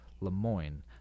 Lemoyne